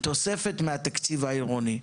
תוספת מהתקציב העירוני.